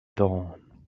dawn